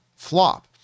Flop